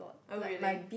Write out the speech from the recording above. oh really